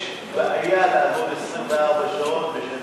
יש בעיה לעבוד 24 שעות בשטח